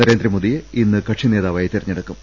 നരേന്ദ്രമോദിയെ ഇന്ന് കക്ഷി നേതാവായി തെരഞ്ഞെടുക്കും